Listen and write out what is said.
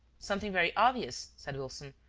something very obvious, said wilson.